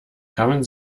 kamen